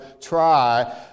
try